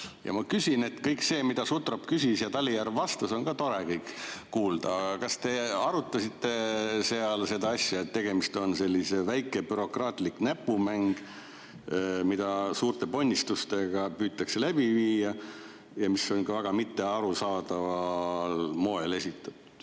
eelnõu näol. Kõik see, mida Sutrop küsis ja Talijärv vastas, oli tore kuulda, aga kas te arutasite seal ka seda, et tegemist on sellise väikese bürokraatliku näpumänguga, mida suurte ponnistustega püütakse läbi viia ja mis on väga mittearusaadaval moel esitatud?